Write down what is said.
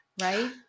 right